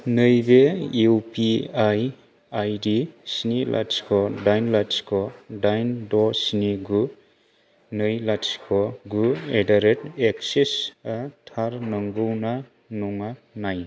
नैबे U P I ID स्नि लाथिख' दाइन लाथिख' दाइन द' स्नि गु नै लाथिख' गु एटदारेट एक्सिस आ थार नंगौ ना नङा नाय